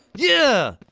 yeah!